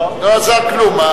לא עזר כלום.